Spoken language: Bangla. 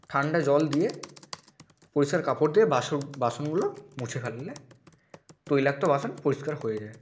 ঠান্ডা জল দিয়ে পরিষ্কার কাপড় দিয়ে বাসনগুলো মুছে ফেললে তৈলাক্ত বাসন পরিষ্কার হয়ে যায়